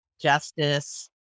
justice